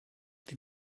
die